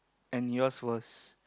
and yours was